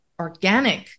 organic